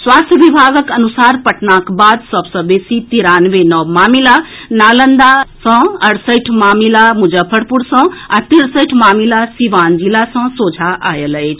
स्वास्थ्य विभागक अनुसार पटनाक बाद सभ सँ बेसी तिरानवे नव मामिला नालंदा अड़सठि मामिला मुजफ्फरपुर आ तिरसठि मामिला सीवान जिला सँ सोझां आयल अछि